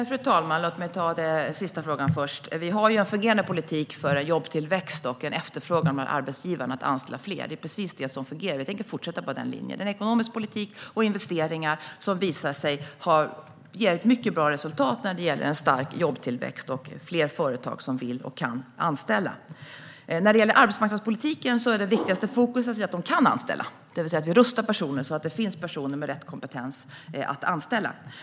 Fru talman! Låt mig ta den sista frågan först! Vi har en fungerande politik för jobbtillväxt och en efterfrågan bland arbetsgivarna på att anställa fler. Det är precis det som fungerar. Vi tänker fortsätta på den linjen, med en ekonomisk politik och investeringar som visar sig ge ett mycket bra resultat när det gäller en stark jobbtillväxt och fler företag som vill och kan anställa. När det gäller arbetsmarknadspolitiken är det viktigaste fokuset att se till att man kan anställa, det vill säga att vi rustar personer så att det finns personer med rätt kompetens att anställa.